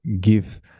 give